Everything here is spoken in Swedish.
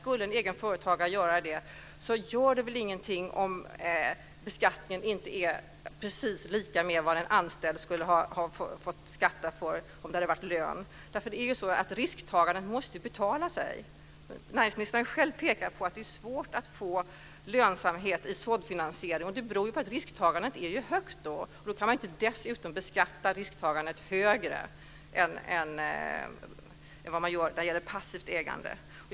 Skulle en egenföretagare göra det gör det väl ingenting om beskattningen inte är precis lika med vad en anställd skulle ha haft i skatt om det var fråga om lön. Risktagandet måste betala sig. Näringsministern har själv pekat på att det är svårt att få lönsamhet i såddfinansiering beroende på att risktagandet där är högt. Då kan man inte dessutom beskatta risktagandet högre än man gör när det gäller passivt ägande.